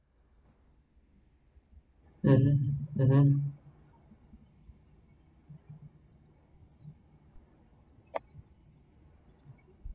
(uh huh)